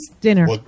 dinner